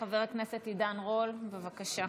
חבר הכנסת עידן רול, בבקשה.